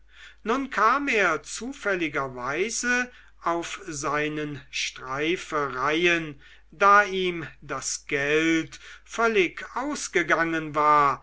nun kam er zufälligerweise auf seinen streifereien da ihm das geld völlig ausgegangen war